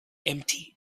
empty